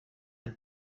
been